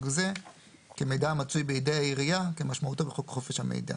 זה כמידע המצוי בידי העירייה כמשמעותו בחוק חופש המידע.